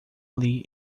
ali